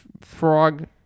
frog